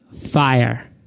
FIRE